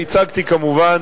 הצגתי כמובן